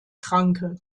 kranke